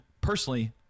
Personally